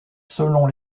selon